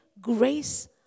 grace